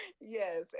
Yes